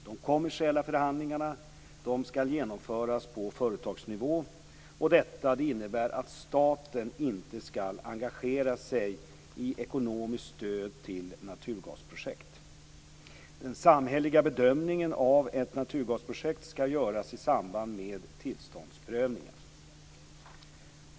De kommersiella förhandlingarna skall genomföras på företagsnivå. Detta innebär att staten inte skall engagera sig i ekonomiskt stöd till naturgasprojekt. Den samhälleliga bedömningen av ett naturgasprojekt skall göras i samband med tillståndsprövningen.